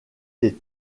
des